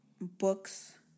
books